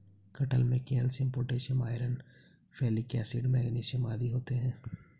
कटहल में calcium potassium iron folic acid magnesium आदि होते हैं